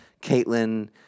Caitlyn